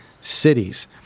cities